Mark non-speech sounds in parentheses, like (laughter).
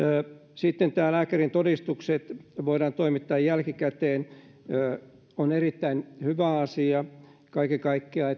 sitten tämä että lääkärintodistukset voidaan toimittaa jälkikäteen on erittäin hyvä asia kaiken kaikkiaan (unintelligible)